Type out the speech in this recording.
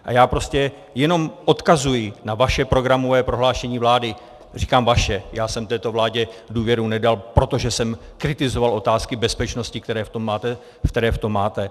A já jenom odkazuji na vaše programové prohlášení vlády, říkám vaše, já jsem této vládě důvěru nedal, protože jsem kritizoval otázky bezpečnosti, které v tom máte.